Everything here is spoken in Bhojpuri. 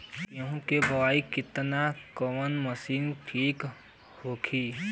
गेहूँ के बुआई खातिन कवन मशीन ठीक होखि?